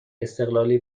استقلالی